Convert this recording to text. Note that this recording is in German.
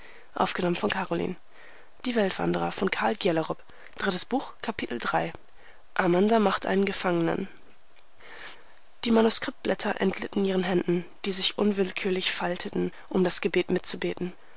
amanda macht einen gefangenen die manuskriptblätter entglitten ihren händen die sich unwillkürlich falteten um das gebet